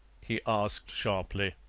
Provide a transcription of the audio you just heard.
he asked sharply.